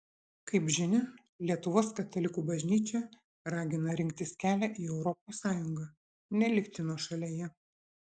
kaip žinia lietuvos katalikų bažnyčia ragina rinktis kelią į europos sąjungą nelikti nuošalėje